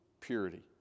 purity